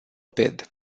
bid